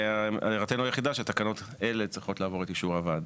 הערתינו היחידה האי שתקנות אלה צריכות לעובר את אישור הוועדה.